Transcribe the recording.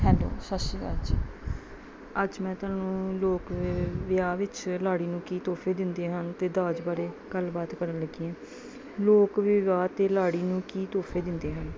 hello Sat Sri Akal ਜੀ ਅੱਜ ਮੈਂ ਤੁਹਾਨੂੰ ਲੋਕ ਵਿ ਵਿਆਹ ਵਿੱਚ ਲਾੜੀ ਨੂੰ ਕੀ ਤੋਹਫੇ ਦਿੰਦੇ ਹਨ ਅਤੇ ਦਾਜ ਬਾਰੇ ਗੱਲਬਾਤ ਕਰਨ ਲੱਗੀ ਹਾਂ ਲੋਕ ਵਿਆਹ 'ਤੇ ਲਾੜੀ ਨੂੰ ਕੀ ਤੋਹਫੇ ਦਿੰਦੇ ਹਨ